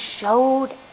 showed